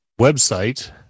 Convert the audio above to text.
website